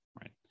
Right